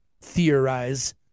theorize